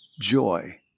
joy